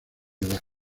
edad